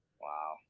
Wow